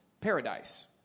paradise